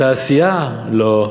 תעשייה, לא,